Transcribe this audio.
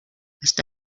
està